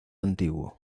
antiguo